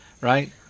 right